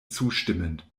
zustimmend